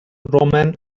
romen